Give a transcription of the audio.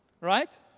right